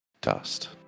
Dust